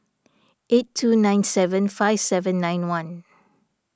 eight two nine seven five seven nine one